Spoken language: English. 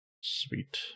Sweet